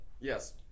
Yes